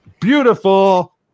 beautiful